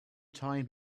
time